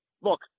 Look